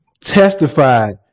testified